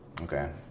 Okay